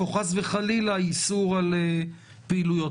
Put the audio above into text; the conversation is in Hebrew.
או חס וחלילה איסור על פעילויות.